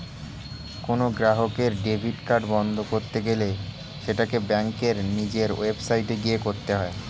কোনো গ্রাহকের debit card বন্ধ করতে গেলে সেটাকে ব্যাঙ্কের নিজের ওয়েবসাইটে গিয়ে করতে হয়ে